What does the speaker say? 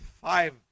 five